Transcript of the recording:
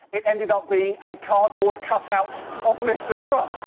it ended up being a cardboard cutout of mr. trump.